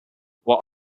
were